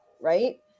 right